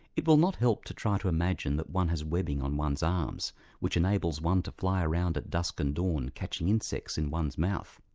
it will not help to try to imagine that one has webbing on one's arms which enables one to fly around at dusk and dawn catching insects in one's mouth.